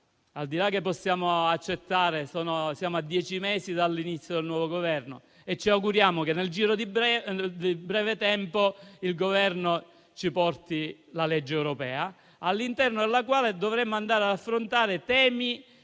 al di là di poter accettare, siamo a 10 mesi dall'inizio del nuovo Governo e ci auguriamo che, nel giro di breve tempo, il Governo ci porti la legge europea, all'interno della quale dovremmo andare ad affrontare temi